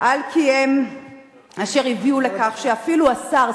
על כי הם אשר הביאו לכך שאפילו השר,